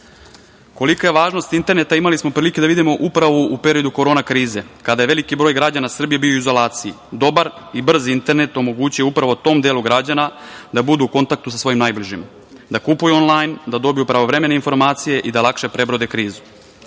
zakona. Kolika je važnost interneta imali smo prilike da vidimo u periodu korona krize kada je veliki broj građana Srbije bio u izolaciji. Dobar i brz internet omogućio je upravo tom delu građana da budu u kontaktu sa svojim najbližima, da kupuju onlajn, da dobiju pravovremene informacije i da lakše prebrode krizu.